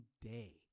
day